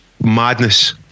Madness